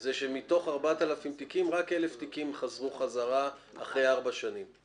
זה שמתוך 4,000 תיקים רק 1,000 תיקים חזרו חזרה אחרי ארבע שנים.